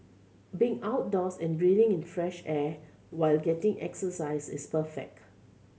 being outdoors and breathing in fresh air while getting exercise is perfect